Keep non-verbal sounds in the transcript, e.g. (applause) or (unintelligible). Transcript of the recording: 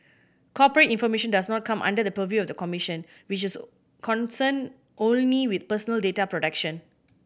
corporate information does not come under the purview of the commission which is (unintelligible) concerned only with personal data protection